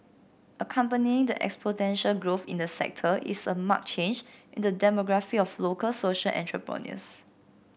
accompanying the exponential growth in the sector is a marked change in the demographic of local social entrepreneurs